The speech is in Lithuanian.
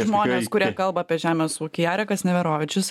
žmones kurie kalba apie žemės ūkį arikas neverovičius